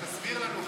תסביר לנו,